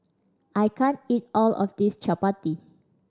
I can't eat all of this Chapati